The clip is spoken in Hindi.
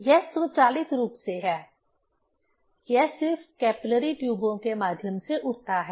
यह स्वचालित रूप से है यह सिर्फ कैपिलरी ट्यूबों के माध्यम से उठता है